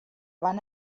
van